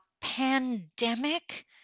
pandemic